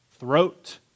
Throat